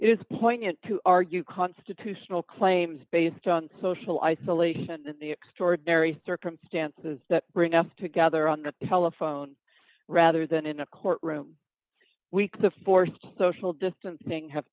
is poignant to argue constitutional claims based on social isolation in the extraordinary circumstances that bring us together on the telephone rather than in a courtroom this week the th social distancing have